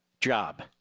job